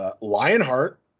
Lionheart